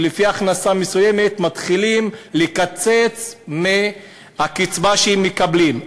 ומהכנסה מסוימת מתחילים לקצץ בקצבה שהם מקבלים.